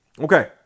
Okay